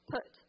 Put